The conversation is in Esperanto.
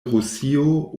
rusio